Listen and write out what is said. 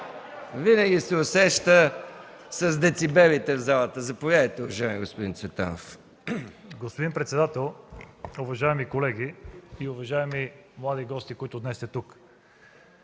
Винаги се усеща с децибелите в залата. Заповядайте, уважаеми господин Цветанов. ЦВЕТАН ЦВЕТАНОВ (ГЕРБ): Господин председател, уважаеми колеги! Уважаеми млади гости, които днес сте тук!